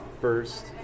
first